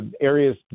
areas